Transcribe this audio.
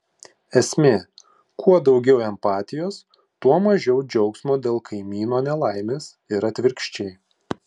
esmė kuo daugiau empatijos tuo mažiau džiaugsmo dėl kaimyno nelaimės ir atvirkščiai